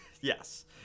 Yes